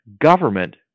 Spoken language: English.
government